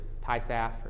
TISAF